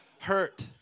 Hurt